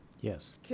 Yes